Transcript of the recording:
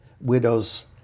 widows